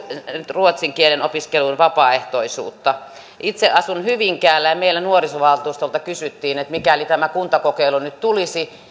ruotsin kielen opiskeluun vapaaehtoisuutta itse asun hyvinkäällä ja meidän nuorisovaltuustolta kysyttiin että mikäli tämä kielikokeilu nyt tulisi